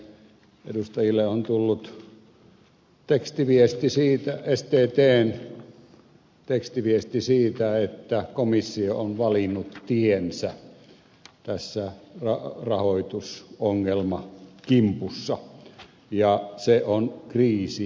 meille edustajille on tullut sttn tekstiviesti siitä että komissio on valinnut tiensä tässä rahoitusongelmakimpussa ja se on kriisirahasto